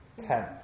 Ten